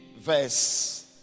verse